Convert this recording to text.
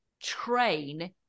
train